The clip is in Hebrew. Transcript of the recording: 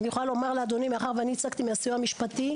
אני יכולה לומר לאדוני מאחר ואני ייצגתי מהסיוע המשפטי,